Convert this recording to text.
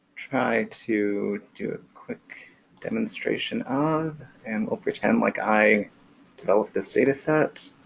try to do a quick demonstration of and we'll pretend like i developed this data set